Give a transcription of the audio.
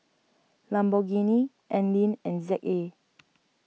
Lamborghini Anlene and Z A